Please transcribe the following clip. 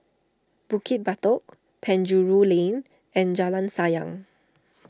Bukit Batok Penjuru Lane and Jalan Sayang